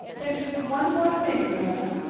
there's just one more thing, marilla,